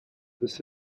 this